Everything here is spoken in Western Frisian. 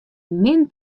min